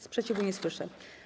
Sprzeciwu nie słyszę.